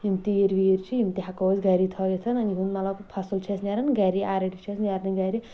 یِم تیٖر ویٖر چھِ یِم تہِ ہٮ۪کو أسۍ گرِ تھٲوِتھ تہٕ یِم مطلب فصٕل چھِ اَسہِ نیران گرِ آلریٚڈی چھ اَسہِ نیرنے گرِ